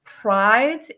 pride